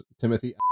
Timothy